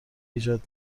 ایجاد